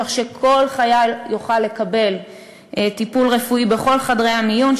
כך שכל חייל יוכל לקבל טיפול רפואי בכל חדרי המיון,